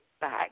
back